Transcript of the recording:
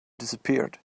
disappeared